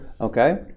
Okay